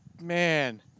man